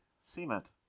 cement